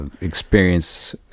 experience